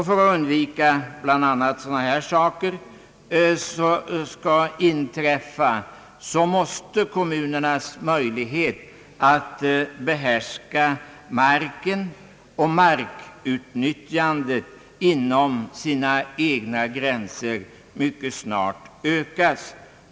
För att undvika att bl.a. sådana här saker skall inträffa måste kommunernas möjlighet att behärska marken och markutnyttjandet inom sina egna gränser mycket snart ökas.